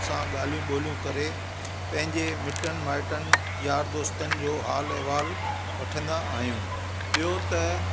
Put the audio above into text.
सां ॻाल्हियूं ॿोलियूं करे पंहिंजे मिटनि माइटनि यार दोस्तनि जो हालु अहिवाल वठंदा आहियूं ॿियो त